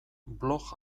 blog